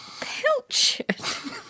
Pilchard